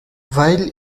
while